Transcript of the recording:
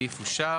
הסעיף אושר.